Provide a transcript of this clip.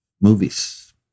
movies